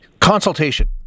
Consultation